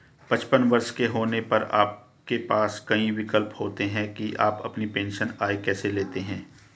पचपन वर्ष के होने पर आपके पास कई विकल्प होते हैं कि आप अपनी पेंशन आय कैसे लेते हैं